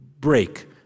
break